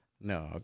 No